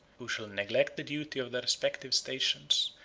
who shall neglect the duty of their respective stations,